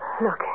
Look